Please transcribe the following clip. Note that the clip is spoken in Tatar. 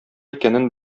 икәнен